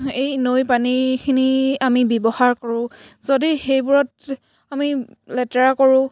এই নৈ পানীখিনি আমি ব্যৱহাৰ কৰোঁ যদি সেইবোৰত আমি লেতেৰা কৰোঁ